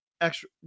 extra